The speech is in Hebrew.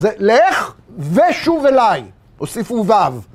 זה לך ושוב אליי, אוסיף עובב.